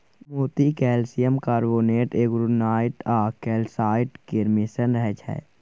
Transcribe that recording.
मोती calcium carbonate, aragonite आ calcite केर मिश्रण रहय छै